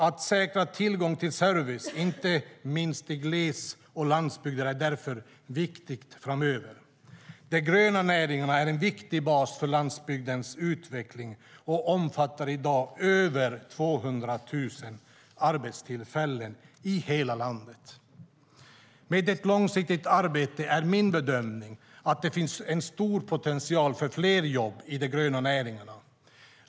Att säkra tillgången till service, inte minst i gles och landsbygd, är därför viktigt framöver. De gröna näringarna är en viktig bas för landsbygdens utveckling och omfattar i dag över 200 000 arbetstillfällen i hela landet. Med ett långsiktigt arbete är min bedömning att det finns en stor potential för fler jobb i de gröna näringarna.